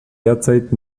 derzeit